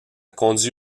conduit